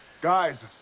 guys